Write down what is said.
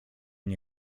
nie